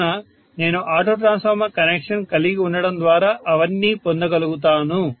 కావున నేను auto transformer connection కలిగి ఉండటం ద్వారా అవన్నీ పొందగలుగుతాను